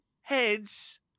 heads